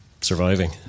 surviving